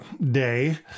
day